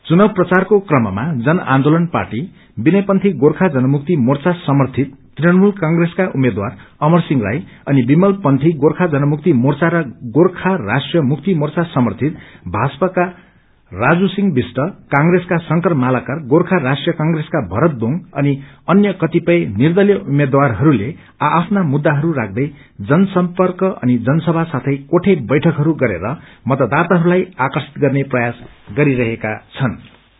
चुनाव प्रचारको कममा जन आन्दोलन पार्टी विनयपन्थी गोर्खा जनमुक्ति मोर्चा समर्थित तृणमूल कंप्रेसका उम्मेदवार अमरसिंह राई अनि विमलपन्थी गोर्खा जनमुक्ति मोर्चा र गोखा राष्ट्रिय मुक्ति मोर्चा समर्थित भाजपाका राजू सिंह विष्ट कंग्रेसका शंकर मालाकार गोखा राष्ट्रिय कंप्रेसका भरत दोंग अनि अन्य कतिपय निर्दलीय उम्मेद्वारहरूले आ आफ्नो मुद्धाहरू राख्यै जनसर्म्पक अनि जनसभा साथै कोठे बैठकहरू गरेर मतदाताहरूलाई आकर्षित गर्ने प्रयास गरिरहेका छनु